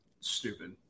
stupid